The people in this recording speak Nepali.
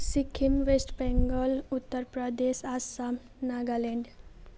सिक्किम वेस्ट बङ्गाल उत्तर प्रदेश आसाम नागाल्यान्ड